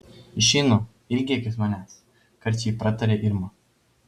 išeinu ilgėkis manęs karčiai pratarė irma